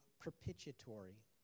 propitiatory